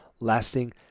lasting